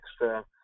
extra